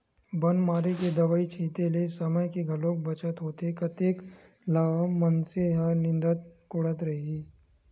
बन मारे के दवई छिते ले समे के घलोक बचत होथे कतेक ल मनसे ह निंदत कोड़त रइही